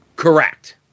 Correct